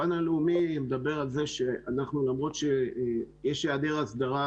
הפן הלאומי מדבר על זה שלמרות שיש היעדר הסדרה,